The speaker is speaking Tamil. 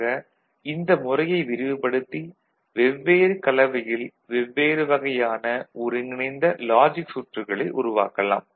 ஆக இந்த முறையை விரிவுபடுத்தி வெவ்வேறு கலவையில் வெவ்வேறு வகையான ஒருங்கிணைந்த லாஜிக் சுற்றுகளை உருவாக்கலாம்